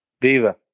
Viva